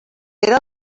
era